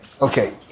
Okay